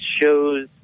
shows